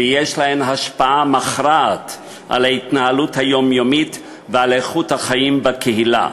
ויש להן השפעה מכרעת על ההתנהלות היומיומית ועל איכות החיים בקהילה.